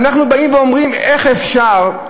ואנחנו אומרים, איך אפשר,